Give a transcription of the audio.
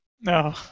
No